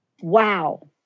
Wow